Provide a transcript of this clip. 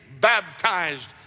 baptized